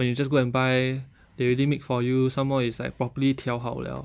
when you just go and buy they already make for you somemore it's like properly 挑好 liao